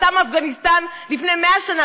שעלתה מאפגניסטן לפני 100 שנה,